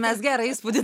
mes gerą įspūdį